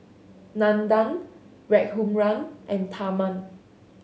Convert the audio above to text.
Nandan Raghuram and Tharman